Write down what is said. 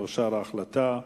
בעד שתאושר ההחלטה.